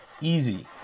easy